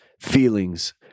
feelings